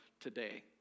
today